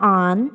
on